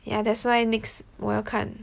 ya that's why next 我要看